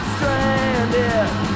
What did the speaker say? Stranded